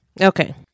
Okay